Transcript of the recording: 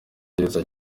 gereza